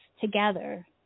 together